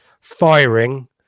firing